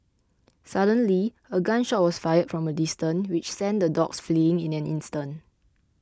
suddenly a gun shot was fired from a distance which sent the dogs fleeing in an instant